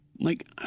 Like-